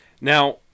Now